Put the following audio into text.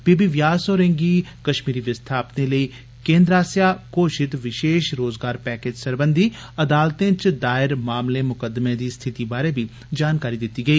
बी B Vyas होरें गी कश्मीरी विस्थापितें लेई केन्द्र आस्सेआ घोषित विशेष रोजगार पैकेज सरबंघी अदालतें च दायर मुकदमें दी स्थिति बारै बी जानकारी दिती गेई